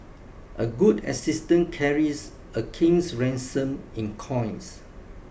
a good assistant carries a king's ransom in coins